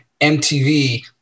MTV